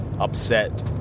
upset